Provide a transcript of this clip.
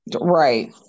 Right